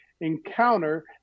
encounter